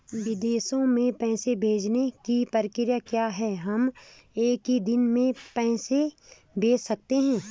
विदेशों में पैसे भेजने की प्रक्रिया क्या है हम एक ही दिन में पैसे भेज सकते हैं?